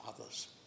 others